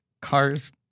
Cars